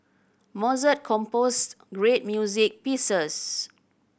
Mozart composed great music pieces